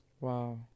wow